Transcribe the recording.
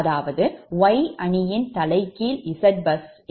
அதாவது 𝑌 அணியின் தலைகீழ் ZBus யை கொடுக்கும்